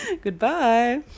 goodbye